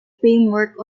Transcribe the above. framework